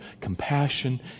compassion